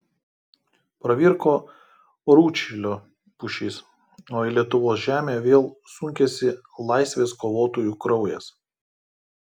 pravirko rūdšilio pušys o į lietuvos žemę vėl sunkėsi laisvės kovotojų kraujas